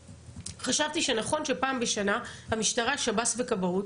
חשבתי שנכון שפעם בשנה המשטרה שב"ס וכבאות